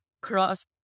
cross